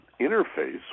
interface